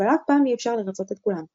אבל אף פעם אי אפשר לרצות את כולם.